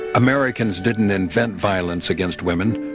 americans didn't invent violence against women,